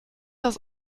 das